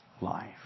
life